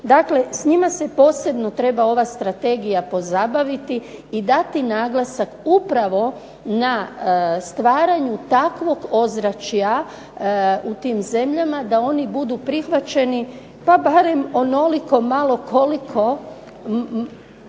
Dakle, s njima se posebno treba ova strategija pozabaviti i dati naglasak upravo na stvaranju takvog ozračja u tim zemljama da oni budu prihvaćeni, pa barem onoliko malo koliko,